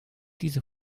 diese